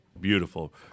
beautiful